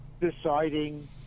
deciding